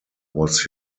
was